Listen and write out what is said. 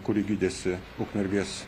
kuri gydėsi ukmergės